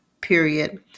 period